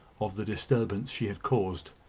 of the disturbance she had caused.